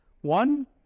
one